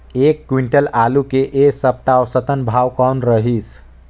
एक क्विंटल आलू के ऐ सप्ता औसतन भाव कौन रहिस?